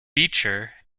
becher